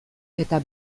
eta